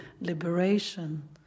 liberation